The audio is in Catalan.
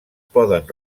poden